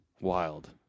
Wild